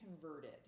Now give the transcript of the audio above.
converted